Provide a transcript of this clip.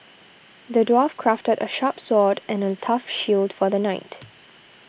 the dwarf crafted a sharp sword and a tough shield for the knight